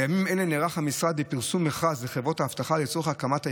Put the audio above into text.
בימים אלה נערך המשרד לפרסום מכרז לחברות האבטחה לצורך הקמת היחידה.